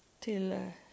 till